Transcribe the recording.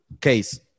case